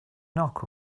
knock